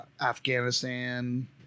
Afghanistan